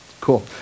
Cool